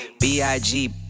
B-I-G